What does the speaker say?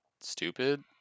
stupid